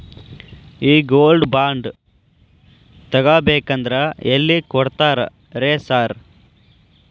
ಈ gold bond ತಗಾಬೇಕಂದ್ರ ಎಲ್ಲಿ ಕೊಡ್ತಾರ ರೇ ಸಾರ್?